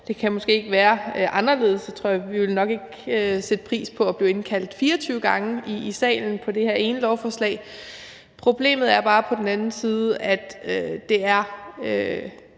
Det kan måske ikke være anderledes – vi ville nok ikke sætte pris på at blive indkaldt 24 gange i salen til det her ene lovforslag. Problemet er på den anden side bare, at det er